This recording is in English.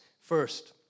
First